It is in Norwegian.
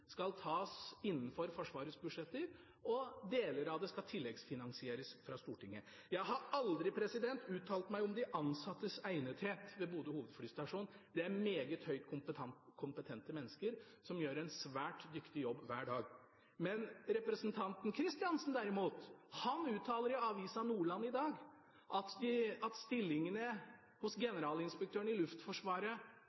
skal tas innenfor Forsvarets budsjetter, og deler av den skal tilleggsfinansieres fra Stortinget. Jeg har aldri uttalt meg om de ansattes egnethet ved Bodø hovedflystasjon – det er meget høyt kompetente mennesker som gjør en svært god jobb hver dag. Men representanten Kristiansen, derimot, uttaler i Avisa Nordland i dag at stillingene hos